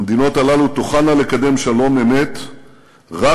המדינות הללו תוכלנה לקדם שלום-אמת רק